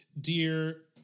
Dear